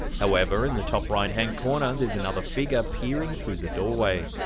however in the top right hand corner, there's another figure peering through the doorway.